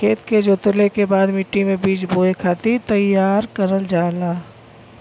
खेत के जोतले के बाद मट्टी मे बीज बोए खातिर तईयार करल जाला